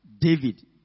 David